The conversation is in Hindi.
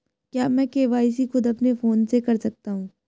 क्या मैं के.वाई.सी खुद अपने फोन से कर सकता हूँ?